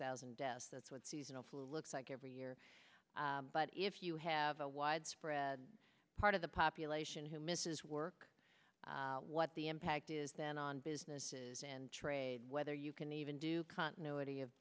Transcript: thousand deaths that's what seasonal flu looks like every year but if you have a widespread part of the population who misses work what the impact is then on business and trade whether you can even do continuity of